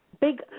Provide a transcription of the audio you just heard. big